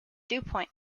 dupont